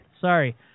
sorry